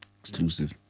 Exclusive